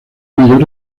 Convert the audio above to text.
mayor